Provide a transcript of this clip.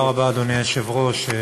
אדוני היושב-ראש,